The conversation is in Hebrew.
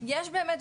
יש באמת,